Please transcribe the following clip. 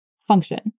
function